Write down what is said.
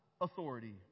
authority